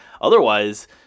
otherwise